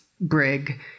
brig